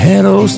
Hello